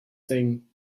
thing